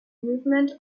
movement